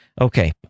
okay